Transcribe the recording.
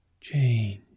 Change